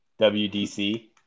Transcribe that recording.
WDC